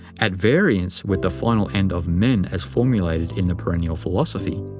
at variance with the final end of men as formulated in the perennial philosophy.